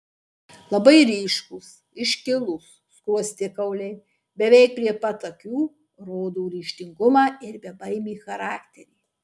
labai ryškūs iškilūs skruostikauliai beveik prie pat akių rodo ryžtingumą ir bebaimį charakterį